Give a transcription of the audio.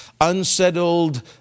unsettled